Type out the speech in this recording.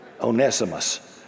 Onesimus